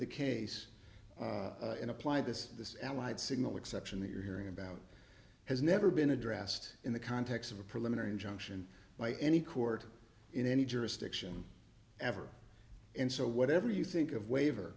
the case and apply this this allied signal exception that you're hearing about has never been addressed in the context of a preliminary injunction by any court in any jurisdiction ever and so whatever you think of waiver